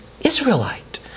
Israelite